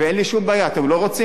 ואין לי שום בעיה, אתם לא רוצים?